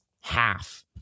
half